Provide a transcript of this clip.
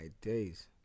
days